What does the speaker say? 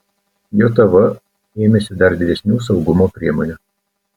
jav ėmėsi dar didesnių saugumo priemonių